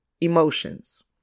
emotions